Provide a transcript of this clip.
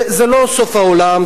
זה לא סוף העולם,